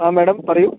ആ മേഡം പറയൂ